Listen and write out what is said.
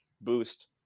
boost